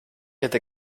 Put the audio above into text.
hätte